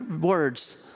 words